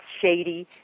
shady